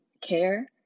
care